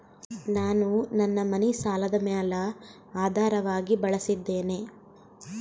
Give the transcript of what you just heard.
ನಾನು ನನ್ನ ಮನಿ ಸಾಲದ ಮ್ಯಾಲ ಆಧಾರವಾಗಿ ಬಳಸಿದ್ದೇನೆ